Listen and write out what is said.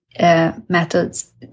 methods